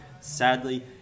Sadly